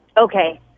Okay